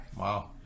wow